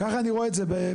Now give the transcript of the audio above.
כך אני רואה את זה בפשטות.